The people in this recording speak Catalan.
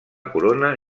corona